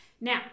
Now